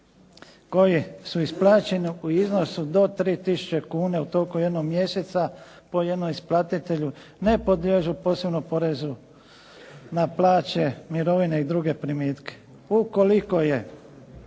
koji su isplaćeni u iznosu do 3 tisuće kuna u toku jednog mjeseca po jednom isplatitelju ne podliježu posebnom porezu na plaće, mirovine i druge primitke. Ukoliko je